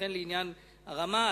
וכן לעניין הרמה,